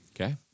okay